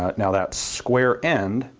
ah now that square end.